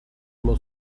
allo